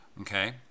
okay